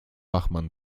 łachman